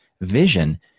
vision